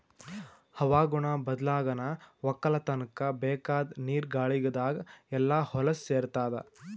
ಹವಾಗುಣ ಬದ್ಲಾಗನಾ ವಕ್ಕಲತನ್ಕ ಬೇಕಾದ್ ನೀರ ಗಾಳಿದಾಗ್ ಎಲ್ಲಾ ಹೊಲಸ್ ಸೇರತಾದ